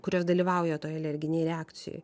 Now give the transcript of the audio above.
kurios dalyvauja toj alerginėj reakcijoj